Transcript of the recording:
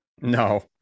No